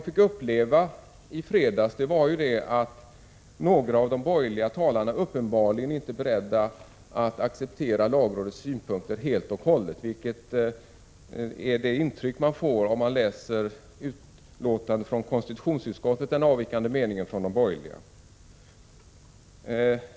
I fredags fick vi uppleva att några av de borgerliga talarna uppenbarligen inte var beredda att acceptera lagrådets synpunkter helt och hållet. Samma intryck får man när man läser den avvikande meningen från de borgerliga som i betänkandet finns till yttrandet från konstitutionsutskottet.